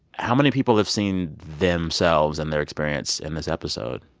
how many people have seen themselves and their experience in this episode?